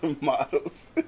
Models